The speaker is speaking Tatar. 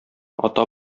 ата